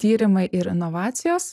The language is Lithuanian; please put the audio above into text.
tyrimai ir inovacijos